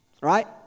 right